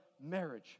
marriage